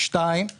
הדבר השני הוא